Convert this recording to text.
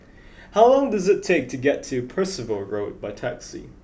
how long does it take to get to Percival Road by taxi